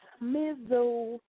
Mizzle